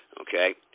Okay